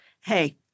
hey